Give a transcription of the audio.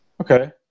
Okay